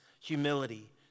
humility